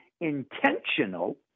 intentional